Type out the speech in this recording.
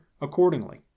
accordingly